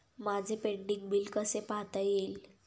माझे pending bill कसे पाहता येईल?